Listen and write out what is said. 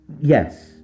Yes